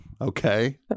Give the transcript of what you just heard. Okay